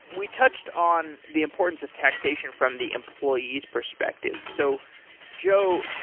we touched on the importance of taxation from the employee's perspective. so joe,